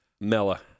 Mella